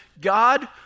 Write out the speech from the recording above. God